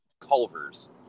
Culver's